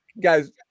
Guys